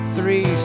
Three